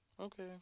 okay